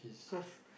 cause